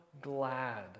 glad